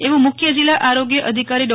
એવું મુખ્ય જિલ્લા આરોગ્ય અધિકારી ડો